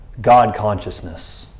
God-consciousness